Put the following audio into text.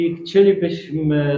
chcielibyśmy